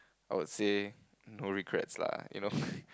I would say no regrets lah you know